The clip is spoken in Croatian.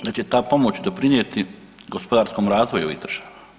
Da će ta pomoć doprinijeti gospodarskom razvoju ovih država.